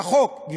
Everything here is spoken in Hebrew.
כחוק,